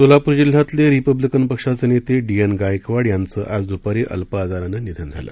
सोलापूर जिल्ह्यातले रिपब्लिकन पक्षाचे नेते डी एन गायकवाड यांचं आज द्पारी अल्प आजारानं निधन झालं